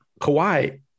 Kawhi